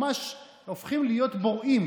ממש הופכים להיות בוראים